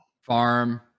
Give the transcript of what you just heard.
Farm